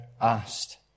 asked